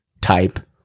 type